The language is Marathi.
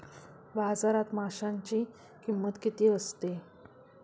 बाजारात माशांची किंमत किती असते?